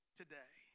today